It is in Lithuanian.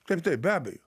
taip taip be abejo